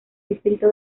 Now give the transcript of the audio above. distrito